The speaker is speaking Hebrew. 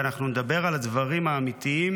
ואנחנו נדבר על הדברים האמיתיים